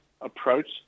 approach